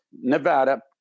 Nevada